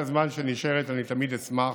אז בזמן שנשאר, אני תמיד אשמח.